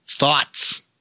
Thoughts